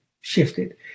shifted